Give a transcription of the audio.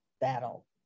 battle